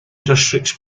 districts